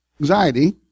anxiety